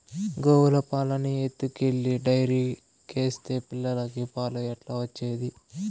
గోవుల పాలన్నీ ఎత్తుకెళ్లి డైరీకేస్తే పిల్లలకి పాలు ఎట్లా వచ్చేది